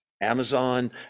Amazon